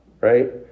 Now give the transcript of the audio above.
right